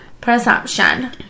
perception